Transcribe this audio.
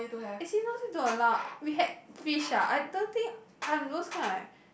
actually not say don't allow we had fish ah I don't think I'm those kind of like